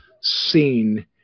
seen